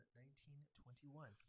1921